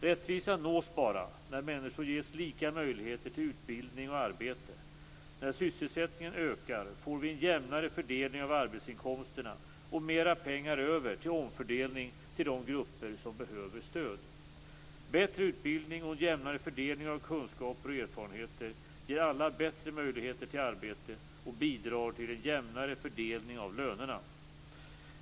Rättvisa nås bara när människor ges lika möjligheter till utbildning och arbete. När sysselsättningen ökar får vi en jämnare fördelning av arbetsinkomsterna och mer pengar över till omfördelning till de grupper som behöver stöd. Bättre utbildning och en jämnare fördelning av kunskaper och erfarenheter ger alla bättre möjligheter till arbete och bidrar till en jämnare fördelning av lönerna.